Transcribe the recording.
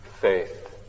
faith